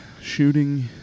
shooting